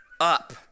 up